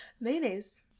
Mayonnaise